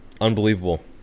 Unbelievable